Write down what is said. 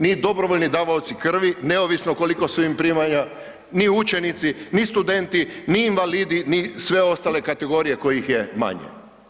Ni dobrovoljni davaoci krvi neovisno koliko su im primanja, ni učenici, ni studenti, ni invalidi, ni sve ostale kategorije kojih je manje.